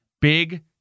big